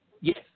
Yes